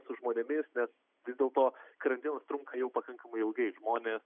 su žmonėmis nes vis dėlto karantinas trunka jau pakankamai ilgai žmonės